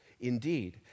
Indeed